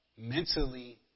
mentally